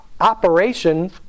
operation